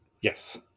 Yes